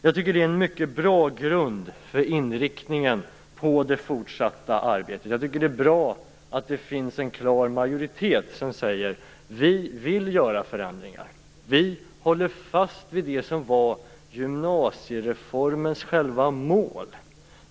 Jag tycker att det är en mycket bra grund för inriktningen på det fortsatta arbetet. Det är bra att det finns en klar majoritet som säger: Vi vill göra förändringar. Vi håller fast vid det som var gymnasiereformens själva mål.